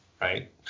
right